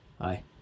Hi